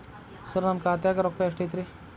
ಸರ ನನ್ನ ಖಾತ್ಯಾಗ ರೊಕ್ಕ ಎಷ್ಟು ಐತಿರಿ?